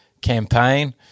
campaign